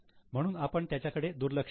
म्हणून आपण त्याकडे दुर्लक्ष करू